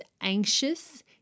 anxious